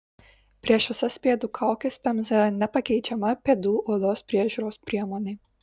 prieš visas pėdų kaukes pemza yra nepakeičiama pėdų odos priežiūros priemonė